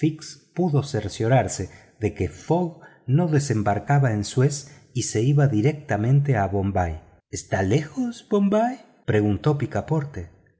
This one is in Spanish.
pudo cerciorarse de que fogg no desembarcaba en suez y se iba directamente a bombay está lejos bombay preguntó picaporte